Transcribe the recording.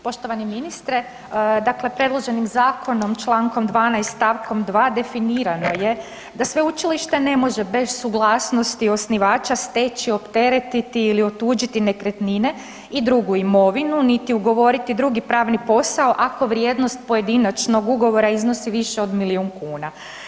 Poštovani ministre, dakle predloženim zakonom Člankom 12. stavkom 2. definirano je sveučilište ne može bez suglasnosti osnivača steći, opteretiti ili otuđili nekretnine i drugu imovinu niti ugovoriti drugi pravni posao ako vrijednost pojedinačnog ugovora iznosi više od milion kuna.